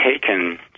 taken